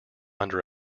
under